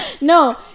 No